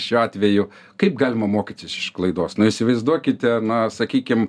šiuo atveju kaip galima mokytis iš klaidos nu įsivaizduokite na sakykim